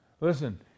Listen